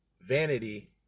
vanity